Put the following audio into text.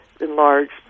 enlarged